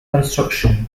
construction